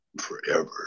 forever